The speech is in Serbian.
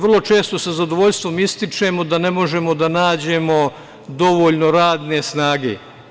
Vrlo često sa zadovoljstvom ističemo da ne možemo da nađemo dovoljno radne snage.